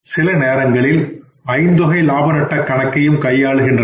சில நேரங்களில் ஐந்தொகை லாப நட்டக் கணக்கையும் கையாளுகின்றனர்